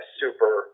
super